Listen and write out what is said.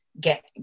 get